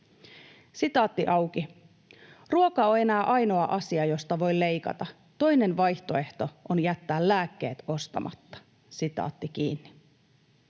vuotta.” ”Ruoka on enää ainoa, josta voin leikata. Toinen vaihtoehto on jättää lääkkeet ostamatta.” ”Tällä